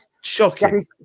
Shocking